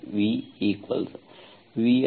ಅನ್ನು ಬಳಸುತ್ತೇವೆ